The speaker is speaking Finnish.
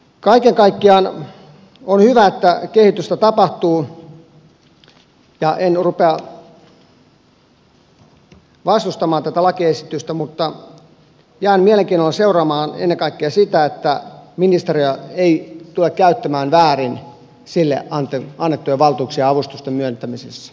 kaiken kaikkiaan on hyvä että kehitystä tapahtuu ja en rupea vastustamaan tätä lakiesitystä mutta jään mielenkiinnolla seuraamaan ennen kaikkea sitä että ministeriö ei tule käyttämään väärin sille annettuja valtuuksia avustusten myöntämisessä